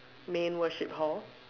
main worship hall